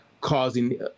causing